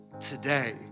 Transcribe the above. today